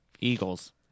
Eagles